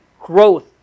growth